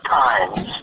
times